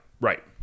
Right